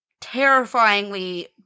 terrifyingly